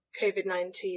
COVID-19